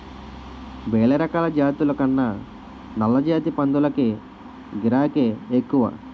వేలరకాల జాతుల కన్నా నల్లజాతి పందులకే గిరాకే ఎక్కువ